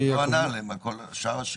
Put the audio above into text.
אבל הוא לא ענה על שאר השאלות.